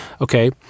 okay